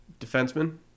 defenseman